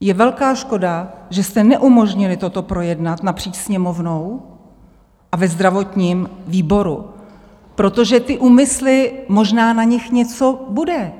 Je velká škoda, že jste neumožnili toto projednat napříč Sněmovnou a ve zdravotním výboru, protože ty úmysly možná na nich něco bude.